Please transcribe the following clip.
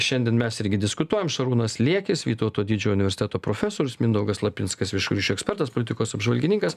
šiandien mes irgi diskutuojam šarūnas liekis vytauto didžiojo universiteto profesorius mindaugas lapinskas viešųjų ryšių ekspertas politikos apžvalgininkas